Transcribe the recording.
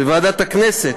בוועדת הכנסת,